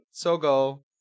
Sogo